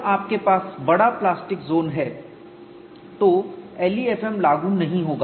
जब आपके पास बड़ा प्लास्टिक ज़ोन है तो LEFM लागू नहीं होगा